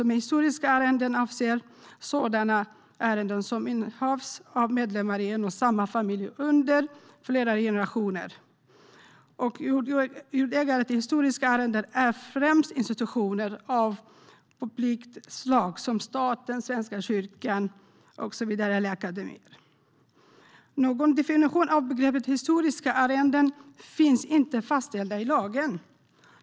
Med historiska arrenden avses sådana arrenden som innehafts av medlemmar i en och samma familj under flera generationer. Jordägare till historiska arrenden är främst institutioner av publikt slag, som staten och Svenska kyrkan. Någon definition av begreppet "historiska arrenden" finns inte fastställd i lag.